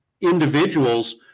individuals